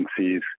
agencies